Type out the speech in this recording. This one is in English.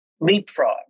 leapfrog